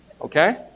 Okay